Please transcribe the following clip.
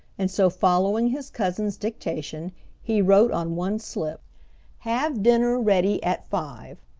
and so following his cousin's dictation he wrote on one slip have dinner ready at five.